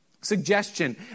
Suggestion